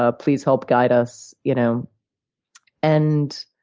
ah please help guide us. you know and